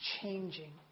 changing